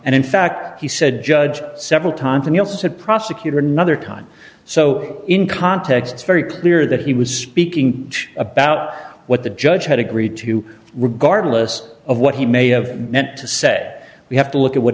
and in fact he said judge several times and he also said prosecutor nother time so in context is very clear that he was speaking about what the judge had agreed to regardless of what he may have meant to say that we have to look at what